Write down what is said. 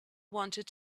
wanted